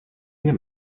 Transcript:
mia